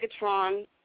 Megatron